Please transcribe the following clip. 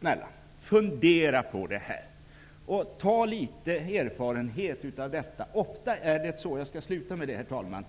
snälla, fundera över detta och dra nytta av erfarenheten.